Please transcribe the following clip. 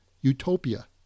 utopia